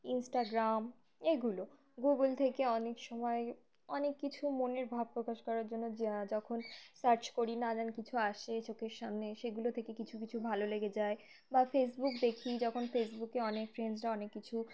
Instagram এগুলো Google থেকে অনেক সময় অনেক কিছু মনের ভাব প্রকাশ করার জন্য যা যখন সার্চ করি না যান কিছু আসে চোখের সামনে সেগুলো থেকে কিছু কিছু ভালো লেগে যায় বা ফেসবুক দেখি যখন ফেসবুকে অনেক ফ্রেন্ডসরা অনেক কিছু